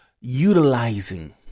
Utilizing